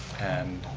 and